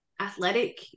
athletic